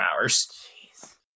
hours